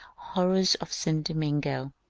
horrors of st. domingo,